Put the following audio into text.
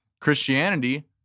Christianity